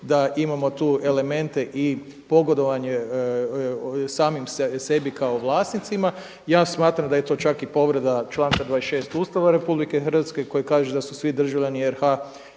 da imamo tu elemente i pogodovanje samim sebi kao vlasnicima. Ja smatram da je to čak i povreda članka 26. Ustava Republike Hrvatske koji kaže da su svi državljani RH